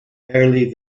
early